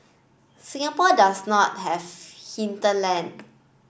Singapore does not have hinterland